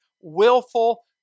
willful